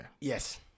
Yes